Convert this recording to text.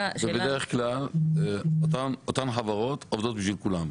בדרך כלל אותן חברות עובדות בשביל כולם.